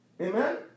Amen